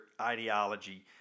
ideology